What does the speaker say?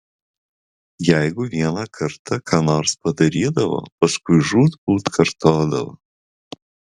jeigu vieną kartą ką nors padarydavo paskui žūtbūt kartodavo